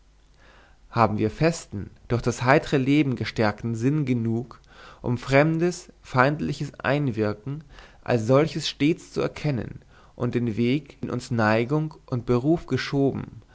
haben wir festen durch das heitre leben gestärkten sinn genug um fremdes feindliches einwirken als solches stets zu erkennen und den weg in den uns neigung und beruf geschoben